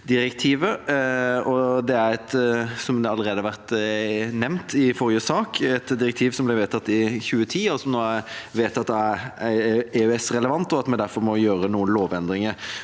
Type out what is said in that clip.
sak, et direktiv som ble vedtatt i 2010, og som nå er vedtatt er EØS-relevant, og vi må derfor gjøre noen lovendringer.